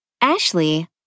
Ashley